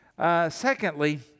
Secondly